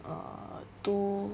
err two